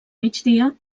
migdia